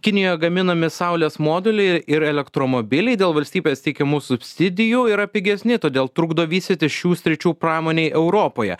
kinijoje gaminami saulės moduliai ir elektromobiliai dėl valstybės teikiamų subsidijų yra pigesni todėl trukdo vystytis šių sričių pramonei europoje